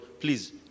please